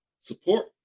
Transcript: support